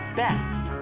best